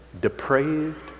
depraved